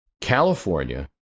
California